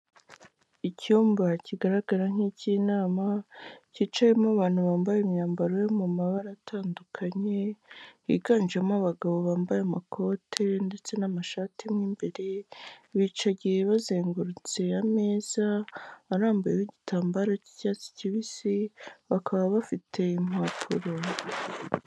Icyumba kigaragara nk'iy'inama cyicayemo abantu bambaye imyambaro yo mu mabara atandukanye biganjemo abagabo bambaye amakote ndetse n'amashati mo imbere bica gihe bazengurutse ameza arambuyeho igitambaro cy'icyatsi kibisi bakaba bafite impapuro.